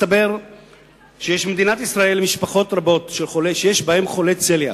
מסתבר שיש במדינת ישראל משפחות רבות שיש בהן חולי צליאק.